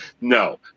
No